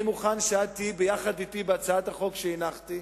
אני מוכן שתהיי יחד אתי בהצעת החוק שהנחתי,